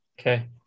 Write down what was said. Okay